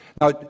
Now